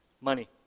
Money